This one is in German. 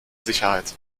sicherheit